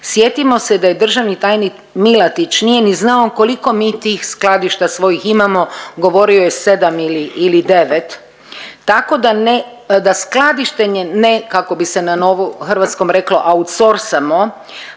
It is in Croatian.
Sjetimo se da je državni tajnik Milatić nije ni znao koliko mi tih skladišta svojih imamo, govorio je 7 ili 9, tako da ne, skladištenje ne kako bi se na novom hrvatskom outsourcingamo